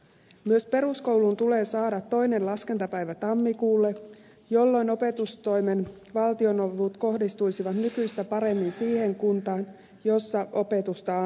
myös peruskoulun tulee saada toinen laskentapäivä tammikuulle jolloin opetustoimen valtionavut kohdistuisivat nykyistä paremmin siihen kuntaan jossa opetusta annetaan